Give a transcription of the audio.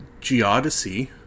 Geodesy